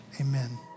Amen